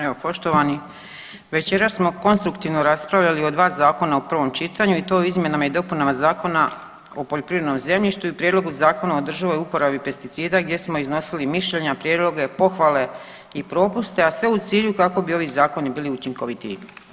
Evo poštovani večeras smo konstruktivno raspravljali o dva zakona u prvom čitanju i to o izmjenama i dopunama Zakona o poljoprivrednom zemljištu i Prijedlogu zakona o održivoj uporabi pesticida gdje smo iznosili mišljenja, prijedloge, pohvale i propuste a sve u cilju kako bi ovi zakoni bili učinkovitiji.